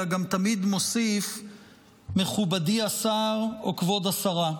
אלא גם תמיד מוסיף "מכובדי השר" או "כבוד השרה".